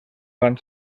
van